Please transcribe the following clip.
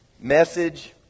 message